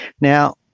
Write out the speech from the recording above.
now